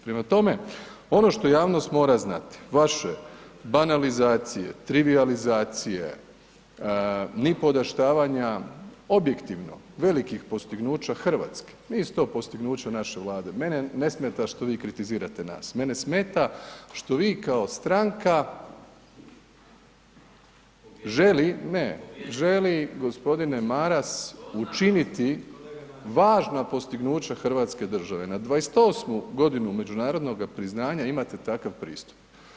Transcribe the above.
Prema tome, ono što javnost mora znati, vaše banalizacije, trivijalizacije, nipodaštavanja objektivno velikih postignuća Hrvatske, nisu to postignuća naše Vlade, mene ne smeta što vi kritizirate nas, mene smeta što vi kao stranka želi gospodine Maras učiniti važna postignuća Hrvatske države na 28. godinu međunarodnoga priznanja imate takav pristup.